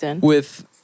with-